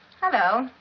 Hello